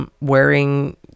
wearing